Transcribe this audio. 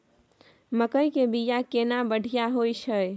मकई के बीया केना बढ़िया होय छै?